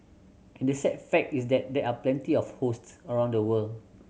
and the sad fact is that there are plenty of hosts around the world